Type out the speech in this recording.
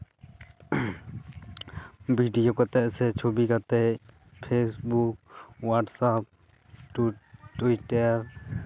video ᱠᱟᱛᱮᱫ ᱥᱮ ᱪᱷᱚᱵᱤ ᱠᱟᱛᱮᱫ ᱯᱷᱮᱥᱵᱩᱠ ᱦᱳᱣᱟᱴᱥᱮᱯ ᱴᱩᱭᱴᱟᱨ